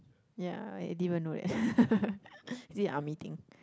ya I didn't even know that is it a army thing